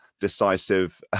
decisive